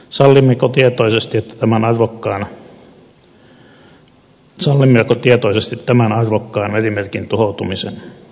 sallimmeko tietoisesti tämän arvokkaan merimerkin tuhoutumisen